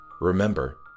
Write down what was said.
remember